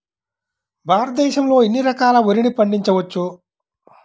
భారతదేశంలో ఎన్ని రకాల వరిని పండించవచ్చు